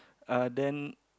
uh then